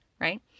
Right